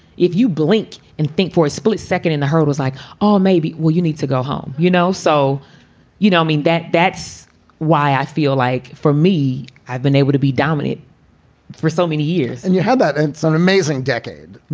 if you blinked and think for a split second in the hurdles like all maybe well you need to go home. you know, so you know, i mean that that's why i feel like for me i've been able to be dominate for so many years and you had that. and it's an amazing decade.